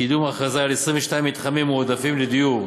קידום הכרזה על 22 מתחמים מועדפים לדיור